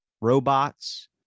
robots